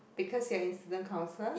because you are insider counsellor